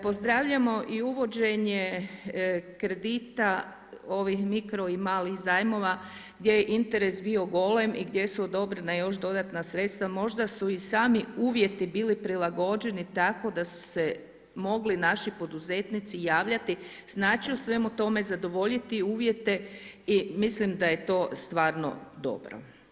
Pozdravljamo i uvođenje kredita, ovih mikro i malih zajmova gdje je interes bio golem i gdje su odobrena još dodatna sredstva, možda su i sami uvjeti bili prilagođeni tako da su se mogli naši poduzetnici javljati, snaći u svemu tome, zadovoljiti uvjete i mislim da je to stvarno dobro.